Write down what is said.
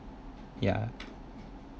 yeah